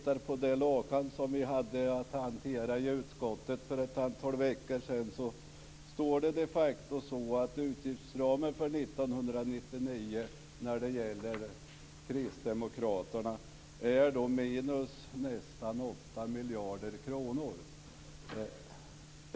På det papper som vi hade att hantera i utskottet för ett antal veckor sedan står det de facto att kristdemokraternas utgiftsram för 1999 innebär nästan 8 miljarder kronor mindre.